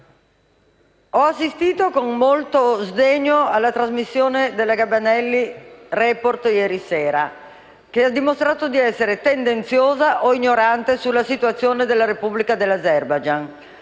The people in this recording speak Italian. ho assistito con molto sdegno alla trasmissione di Milena Gabanelli, «Report», di ieri sera, che ha dimostrato di essere tendenziosa o ignorante sulla Repubblica dell'Azerbaigian.